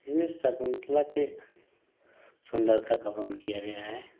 इसमें शकुन्तला के सुंदरता का वर्णन किया गया है